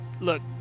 look